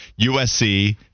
USC